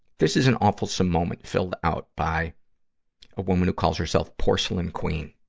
this is an awfulsome moment filled out by a woman who calls herself porcelain queen.